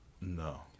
No